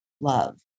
love